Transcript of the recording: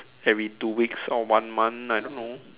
every two weeks or one month I don't know